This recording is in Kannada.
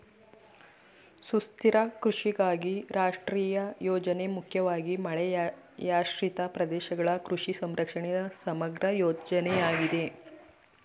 ಸುಸ್ಥಿರ ಕೃಷಿಗಾಗಿ ರಾಷ್ಟ್ರೀಯ ಯೋಜನೆ ಮುಖ್ಯವಾಗಿ ಮಳೆಯಾಶ್ರಿತ ಪ್ರದೇಶಗಳ ಕೃಷಿ ಸಂರಕ್ಷಣೆಯ ಸಮಗ್ರ ಯೋಜನೆಯಾಗಿದೆ